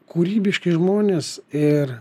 kūrybiški žmonės ir